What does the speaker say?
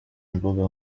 mbuga